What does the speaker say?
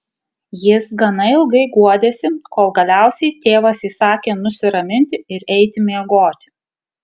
jis gana ilgai guodėsi kol galiausiai tėvas įsakė nusiraminti ir eiti miegoti